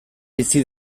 bizi